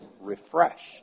refreshed